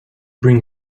bring